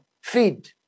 feed